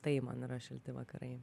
tai man yra šilti vakarai